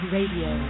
Radio